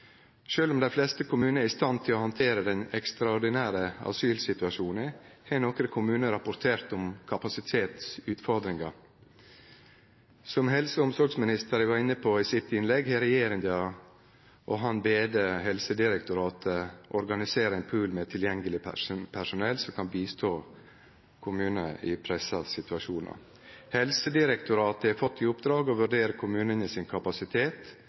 om dei fleste kommunar er i stand til å handtere den ekstraordinære asylsituasjonen, har nokre kommunar rapportert om kapasitetsutfordringar. Som helse- og omsorgsministeren var inne på i sitt innlegg, har regjeringa og han bede Helsedirektoratet organisere ein pool med tilgjengeleg personell som kan hjelpe kommunar i pressa situasjonar. Helsedirektoratet har fått i oppdrag å vurdere kommunane sin kapasitet